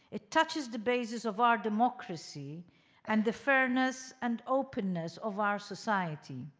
it touches the basis of our democracy and the fairness and openness of our society.